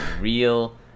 real